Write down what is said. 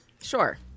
Sure